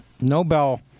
Nobel